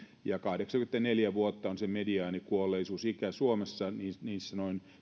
kahdeksankymmentäneljä vuotta on se mediaanikuolleisuusikä suomessa niissä noin